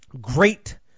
great